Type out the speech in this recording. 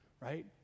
right